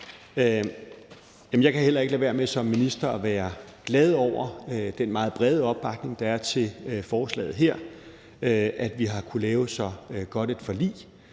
Jeg kan heller ikke lade være med som minister at være glad over den meget brede opbakning, der er til forslaget her, og at vi har kunnet lave så godt et forlig.